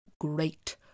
great